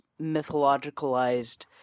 mythologicalized